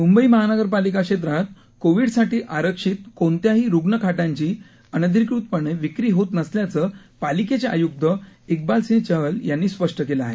मुंबई महानगरपालिका क्षेत्रात कोविडसाठी आरक्षित कोणत्याही रुग्णखाटांची अनधिकृतपणे विक्री होत नसल्याचं पालिकेचे आय्क्त इकबालसिंह चहल यांनी स्पष्ट केलं आहे